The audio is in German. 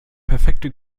perfekte